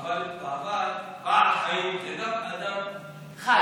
אבל בעבר בעל חיים היה גם אדם חי.